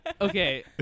Okay